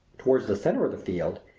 toward the center of the field,